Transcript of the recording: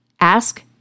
ask